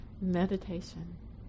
Meditation